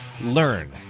learn